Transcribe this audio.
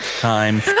time